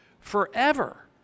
forever